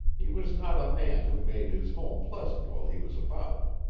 he was not a man who made his home pleasant while he was about.